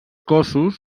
cossos